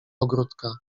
ogródka